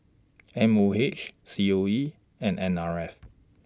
M O H C O E and N R F